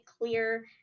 clear